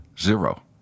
Zero